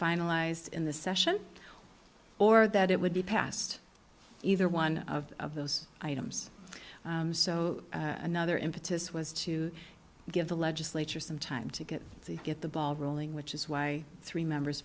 finalized in the session or that it would be passed either one of of those items so another impetus was to give the legislature some time to get to get the ball rolling which is why three members